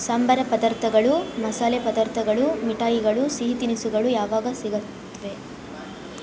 ಸಂಬಾರ ಪದಾರ್ಥಗಳು ಮಸಾಲೆ ಪದಾರ್ಥಗಳು ಮಿಠಾಯಿಗಳು ಸಿಹಿ ತಿನಿಸುಗಳು ಯಾವಾಗ ಸಿಗುತ್ವೆ